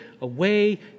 away